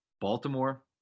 Baltimore